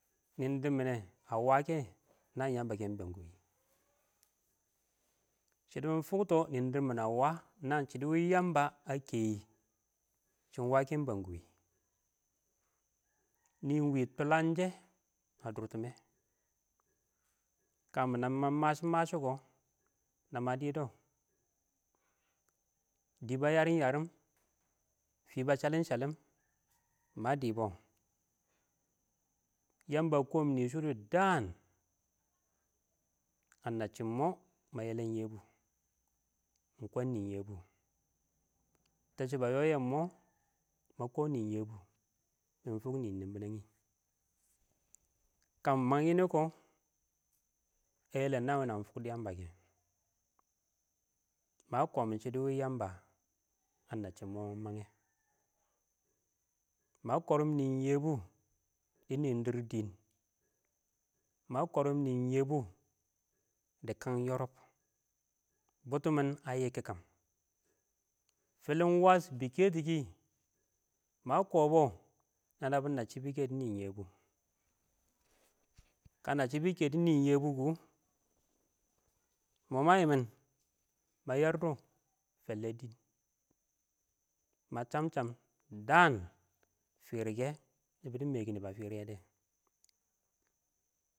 Shɪdo mɪ fokto nɪɪn dɪrr mɪn a wa kɛ naan yamba ke yi ɪng bengkuwi, shɪdɔ mʊ fʊktɔ nɪn dɪrmɪn ə wəə nəən shɪdɪ wɪ yəmbə ə kɛyɪ shɪn wəə kɛ ɪng bənkwɪ, nɪɪn ɪng wɪ tʊləngshɛ ə dʊrtɪmɛ kə mməng məshʊməshʊ kɔ yarim, nə mə dɪdɔ mə dɪbɔ dɪ dɪ bə yarɪm yərɪm dɪ bə səlɪm səlɪm mə dɪdɔ yəmbə ə kɔm nɪsʊ dɪdən kəən nə shɪn mɔ mə yəlɛn yɛbʊ mɪ kɔn nɪn yɛbʊ təshɔ bə yɔyɛn mɔh ma ko nɪn yɛbʊ shɪn mɪ fʊk nɪn nɪnbɪyɛng nɪ kəə mɪn məng nɔnɪ nɛ kɔh ma ə yɛlɛn nə nəmɪ fʊkdʊ yəba kɛ mə kɔmɪn shɪdʊ wɪ yəmbə ə nəən shɪ ɪng mɔ ɪng yɛ ɪng ma kɔrʊm nɪn yɛbʊ dɪ nɪndɪr dɪn ma korʊm dɪ kəən yɔrʊb bʊtʊmɪn ə yɪkkɪkən fɪlɪnwəs bɪ kɛ tɪ kɪ ɪng mə kɔbɔ nə nəbbʊ nəsshɪ dɪ nɪn yɛbʊ kənə shɪ bɪ kɛ dɪ nɪn yɛbʊ kɔ mɔ mə yɪmɪn mə yərdɔ fəllɛ dɪn mə chəmchəm dən firikɛ nɪbʊ dɪ mɛkɪr nɪ.